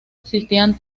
existían